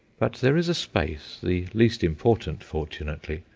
but there is a space, the least important fortunately,